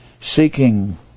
Seeking